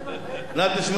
נא תשמרו על השקט,